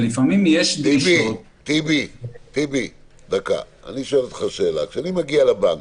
טיבי, כשאני מגיע לבנק,